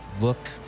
look